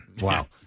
Wow